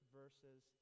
verses